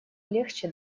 легче